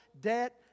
debt